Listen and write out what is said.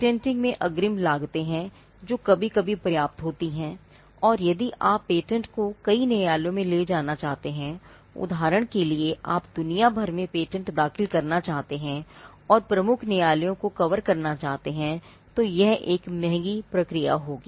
patenting में अग्रिम लागतें हैं जो कभी कभी पर्याप्त होती हैं और यदि आप पेटेंट को कई न्यायालयों में ले जाना चाहते हैं उदाहरण के लिए आप दुनिया भर में पेटेंट दाखिल करना चाहते हैं और प्रमुख न्यायालयों को कवर करना चाहते हैं तो यह एक महंगी प्रक्रिया होगी